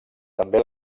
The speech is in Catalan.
també